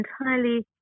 entirely